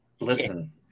Listen